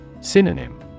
Synonym